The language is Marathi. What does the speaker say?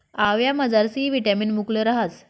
आवयामझार सी विटामिन मुकलं रहास